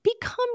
become